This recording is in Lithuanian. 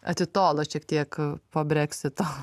atitolo šiek tiek po breksito